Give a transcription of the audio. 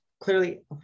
clearly